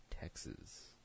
Texas